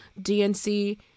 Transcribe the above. DNC